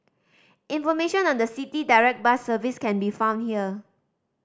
information on the City Direct bus service can be found here